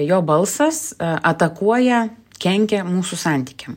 jo balsas atakuoja kenkia mūsų santykiam